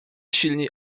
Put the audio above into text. silni